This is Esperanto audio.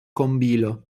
kombilo